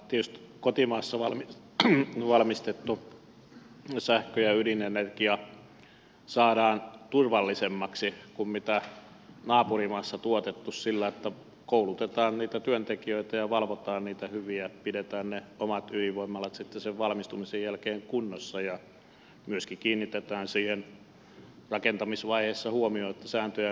tietysti kotimaassa valmistettu sähkö ja ydinenergia saadaan turvallisemmaksi kuin naapurimaassa tuotettu sillä että koulutetaan niitä työntekijöitä ja valvotaan niitä hyvin ja pidetään ne omat ydinvoimalat sitten sen valmistumisen jälkeen kunnossa ja myöskin kiinnitetään rakentamisvaiheessa huomiota siihen että sääntöjä noudatetaan